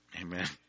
Amen